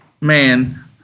man